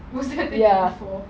ya